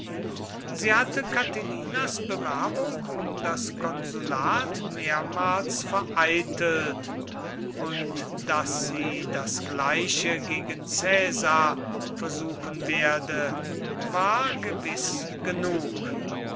sie hatte catilinas bewerbung um das konsulat mehrmals vereitelt und daß sie das gleiche gegen caesar versuchen werde war gewiß genug